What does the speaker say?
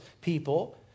people